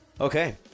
Okay